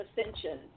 ascension